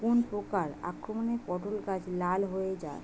কোন প্রকার আক্রমণে পটল গাছ লাল হয়ে যায়?